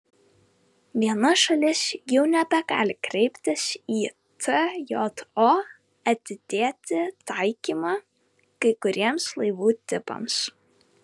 viena šalis jau nebegali kreiptis į tjo atidėti taikymą kai kuriems laivų tipams